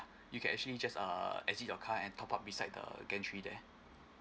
you can actually just uh exit your car and top up beside the gantry there